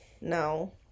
No